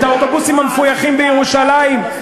את האוטובוסים המפויחים בירושלים?